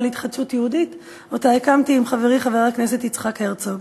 להתחדשות יהודית שהקמתי עם חברי חבר הכנסת יצחק הרצוג.